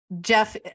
Jeff